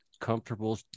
comfortable